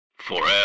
FOREVER